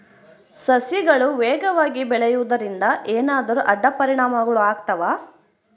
ಸಸಿಗಳು ವೇಗವಾಗಿ ಬೆಳೆಯುವದರಿಂದ ಏನಾದರೂ ಅಡ್ಡ ಪರಿಣಾಮಗಳು ಆಗ್ತವಾ?